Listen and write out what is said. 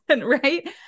right